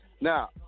Now